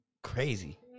Crazy